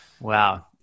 Wow